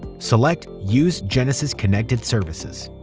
select use genesis connected services.